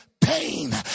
pain